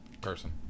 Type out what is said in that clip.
Person